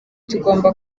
tugomba